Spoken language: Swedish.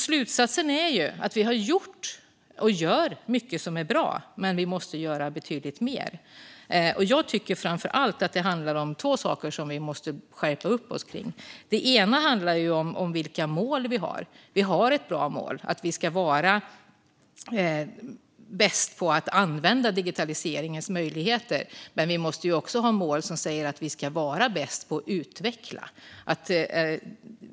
Slutsatsen är att vi har gjort - och gör - mycket som är bra men att vi måste göra betydligt mer. Jag tycker framför allt att det handlar om två saker som vi måste skärpa upp oss kring. Den ena handlar om vilka mål vi har. Det är ett bra mål att vi ska vara bäst på att använda digitaliseringens möjligheter, men den andra saken är att vi också måste ha mål som säger att vi ska vara bäst på att utveckla.